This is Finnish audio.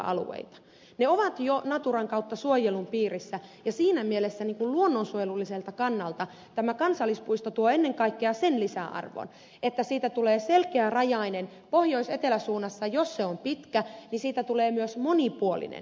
ne ovat jo naturan kautta suojelun piirissä ja siinä mielessä luonnonsuojelulliselta kannalta tämä kansallispuisto tuo ennen kaikkea sen lisäarvon että siitä tulee selkeärajainen pohjois eteläsuunnassa jos se on pitkä niin siitä tulee myös monipuolinen